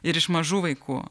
ir iš mažų vaikų